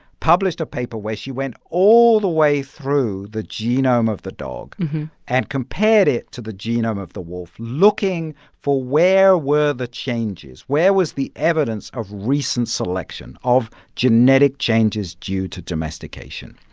published a paper where she went all the way through the genome of the dog and compared it to the genome of the wolf, looking for, where were the changes? where was the evidence of recent selection of genetic changes due to domestication?